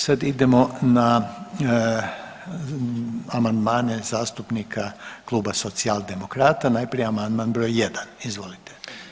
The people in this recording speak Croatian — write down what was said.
Sad idemo na amandmane zastupnika Kluba Socijaldemokrata, najprije amandman broj 1. Izvolite.